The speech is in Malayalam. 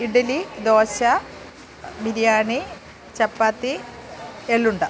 ഇഡ്ഡലി ദോശ ബിരിയാണി ചപ്പാത്തി എള്ളുണ്ട